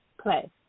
play